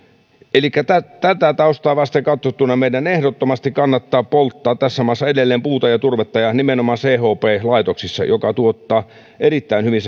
tätä tätä taustaa vasten katsottuna meidän ehdottomasti kannattaa polttaa tässä maassa edelleen puuta ja turvetta ja nimenomaan chp laitoksissa jotka tuottavat erittäin hyvin